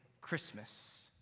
Christmas